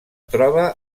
troba